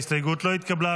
ההסתייגות לא התקבלה.